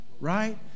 right